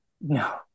No